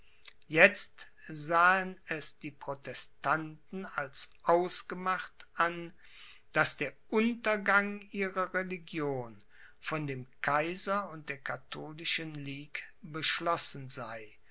jetzt sahen es die protestanten als ausgemacht an daß der untergang ihrer religion von dem kaiser und der katholischen ligue beschlossen sei